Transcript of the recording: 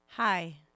Hi